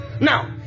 Now